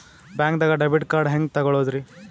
ಬ್ಯಾಂಕ್ದಾಗ debit card ಹೆಂಗ್ ತಗೊಳದ್ರಿ?